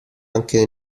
anche